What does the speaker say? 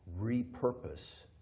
repurpose